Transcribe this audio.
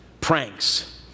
Pranks